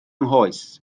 nghoes